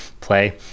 play